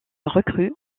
recrue